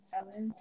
Ellen